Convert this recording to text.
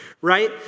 right